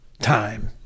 time